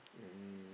mm